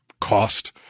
cost